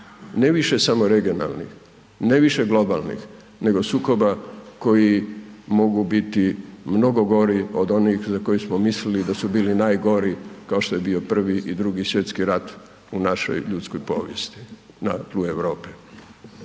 ne više samo regionalnih, ne više globalnih, nego sukoba koji mogu biti mnogo gori od onih za koje smo mislili da su bili najgori, kao što je bio Prvi i Drugi svjetski rat u našoj ljudskoj povijesti na tlu Europe.